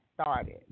started